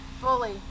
fully